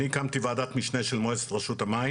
אני קם כוועדת משנה של מועצת רשות המים